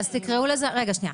שנייה,